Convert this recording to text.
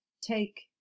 take